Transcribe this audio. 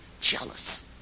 jealous